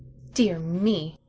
dear me,